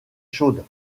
chaude